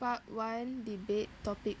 part one debate topic